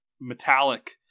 metallic